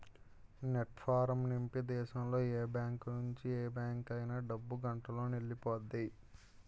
NEFT form నింపి దేశంలో ఏ బ్యాంకు నుంచి ఏ బ్యాంక్ అయినా డబ్బు గంటలోనెల్లిపొద్ది